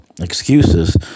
excuses